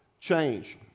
change